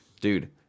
Dude